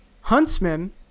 Huntsman